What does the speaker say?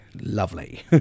lovely